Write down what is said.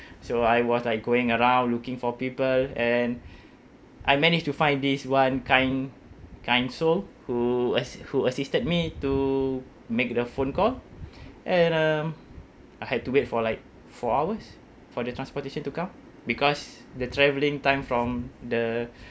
so I was like going around looking for people and I managed to find this one kind kind soul who as~ who assisted me to make the phone call and um I had to wait for like four hours for the transportation to come because the travelling time from the